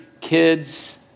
kids